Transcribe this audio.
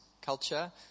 culture